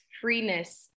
freeness